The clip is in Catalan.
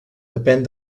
depèn